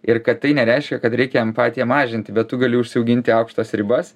ir kad tai nereiškia kad reikia empatiją mažinti bet tu gali užsiauginti aukštas ribas